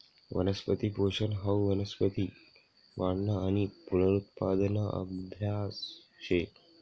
वनस्पती पोषन हाऊ वनस्पती वाढना आणि पुनरुत्पादना आभ्यास शे